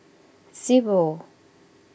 zero